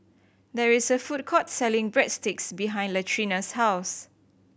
there is a food court selling Breadsticks behind Latrina's house